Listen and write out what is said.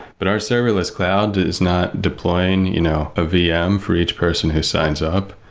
but our serverless cloud is not deploying you know a vm for each person who signs up.